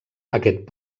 aquest